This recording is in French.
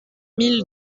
mille